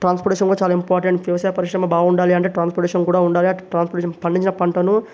transportation కూడా చాలా important వ్యవసాయ పరిశ్రమ బాగుండాలి అంటే ట్రాన్స్పోర్టేషన్ కూడా ఉండాలి అంటే ట్రాన్స్పోర్టేషన్ పండించిన పంటను